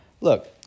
Look